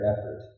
effort